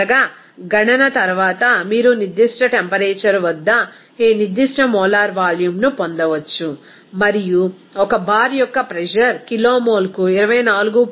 చివరగా గణన తర్వాత మీరు నిర్దిష్ట టెంపరేచర్ వద్ద ఈ నిర్దిష్ట మోలార్ వాల్యూమ్ను పొందవచ్చు మరియు 1 బార్ యొక్క ప్రెజర్ కిలోమోల్కు 24